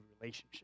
relationship